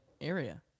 area